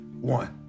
One